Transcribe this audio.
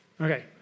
Okay